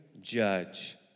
judge